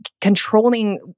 controlling